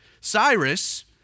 Cyrus